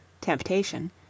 Temptation